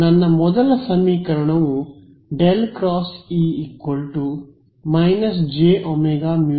ನನ್ನ ಮೊದಲ ಸಮೀಕರಣವು ∇× E −j ωμH